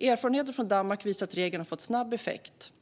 Erfarenheter från Danmark visar att regeln har fått snabb effekt.